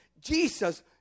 Jesus